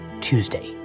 Tuesday